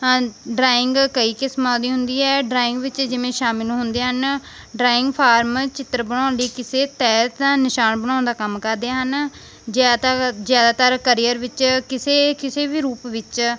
drawing ਕਈ ਕਿਸਮਾਂ ਦੀ ਹੁੰਦੀ ਹੈ ਡਰਾਇੰਗ ਵਿੱਚ ਜਿਵੇਂ ਸ਼ਾਮਿਲ ਹੁੰਦੇ ਹਨ ਡਰਾਇੰਗ ਫਾਰਮ ਚਿੱਤਰ ਬਣਾਉਣ ਲਈ ਕਿਸੇ ਤਹਿਤ ਦਾ ਨਿਸ਼ਾਨ ਬਣਾਉਣ ਦਾ ਕੰਮ ਕਰਦੇ ਹਨ ਜ਼ਿਆਦਾਤਰ ਜ਼ਿਆਦਾਤਰ ਵਿੱਚ ਕਿਸੇ ਕਿਸੇ ਵੀ ਰੂਪ ਵਿੱਚ